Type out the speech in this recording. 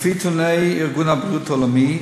לפי נתוני ארגון הבריאות העולמי,